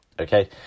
Okay